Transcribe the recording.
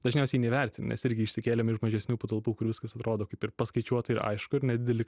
dažniausiai neverti nes irgi išsikėlėm iš mažesnių patalpų kur viskas atrodo kaip ir paskaičiuota ir aišku ir nedideli